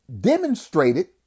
demonstrated